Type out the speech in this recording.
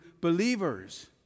believers